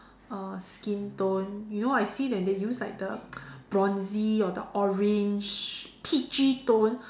uh skin tone you know I see then they use the bronzy or the orange peachy tone